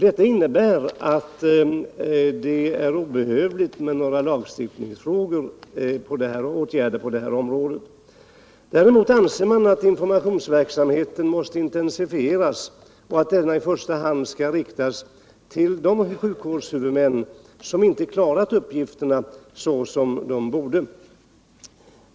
Detta innebär att det är obehövligt med några lagstiftningsåtgärder på det här området. Däremot anser man att informationsverksamheten måste intensifieras och att denna i första hand skall riktas till de sjukvårdshuvudmän som inte klarat uppgifterna såsom de borde.